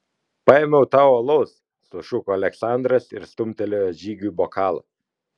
paėmiau tau alaus sušuko aleksandras ir stumtelėjo žygiui bokalą